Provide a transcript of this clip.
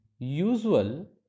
Usual